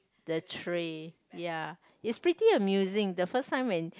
the tray ya it's pretty amusing the first time when